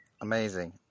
amazing